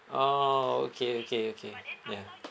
orh okay okay okay ya